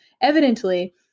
evidently